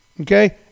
Okay